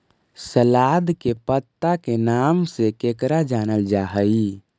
सलाद के पत्ता के नाम से केकरा जानल जा हइ?